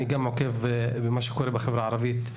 אני גם עוקב במה שקורה בחברה הערבית,